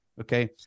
Okay